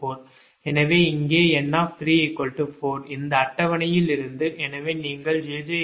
எனவே இங்கே N 4 இந்த அட்டவணையில் இருந்து எனவே நீங்கள் jj 3